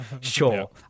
sure